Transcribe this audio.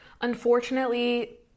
Unfortunately